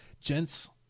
Gents